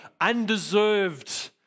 undeserved